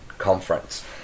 Conference